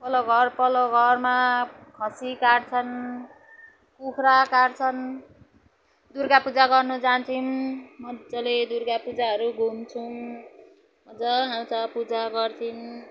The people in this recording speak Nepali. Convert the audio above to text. वल्लो घर पल्लो घरमा खसी काट्छन् कुखुरा काट्छन् दुर्गापूजा गर्नु जान्छौँ मजाले दुर्गापूजाहरू घुम्छौँ मजा आउँछ पूजा गर्छौँ